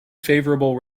favourable